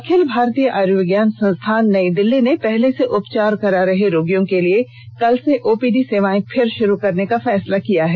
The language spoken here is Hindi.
अखिल भारतीय आयुर्विज्ञान संस्थान नई दिल्ली ने पहले से उपचार करा रहे रोगियों के लिए कल से ओपीडी सेवाएं फिर शुरू करने का फैसला किया है